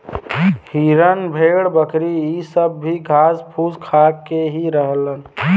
हिरन भेड़ बकरी इ सब भी घास फूस खा के ही रहलन